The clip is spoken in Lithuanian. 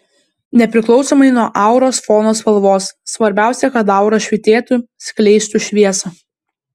nepriklausomai nuo auros fono spalvos svarbiausia kad aura švytėtų skleistų šviesą